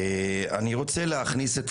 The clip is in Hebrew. אני רוצה להכניס את